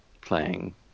playing